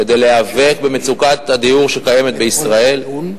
כדי להיאבק במצוקת הדיור שקיימת בישראל.